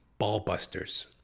Ballbusters